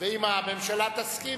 ואם הממשלה תסכים,